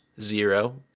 zero